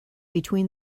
between